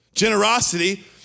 Generosity